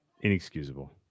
Inexcusable